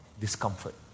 discomfort